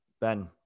Ben